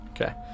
Okay